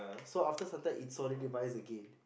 so after some time it solidifies again